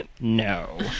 No